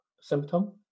symptom